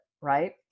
right